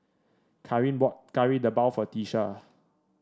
kareen bought Kari Debal for Tiesha